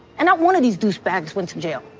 and not one of these douchebags went to jail